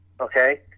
okay